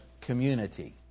community